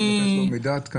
צריך לתת לו מידע עדכני.